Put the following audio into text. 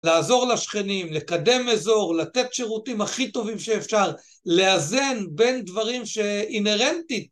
לעזור לשכנים, לקדם מזור, לתת שירותים הכי טובים שאפשר, לאזן בין דברים שאינרנטית.